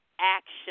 action